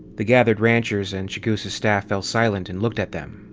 the gathered ranchers and chigusa staff fell silent and looked at them,